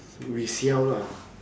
we see how lah